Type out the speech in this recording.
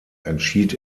entschied